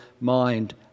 mind